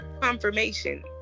Confirmation